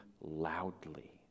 loudly